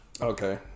Okay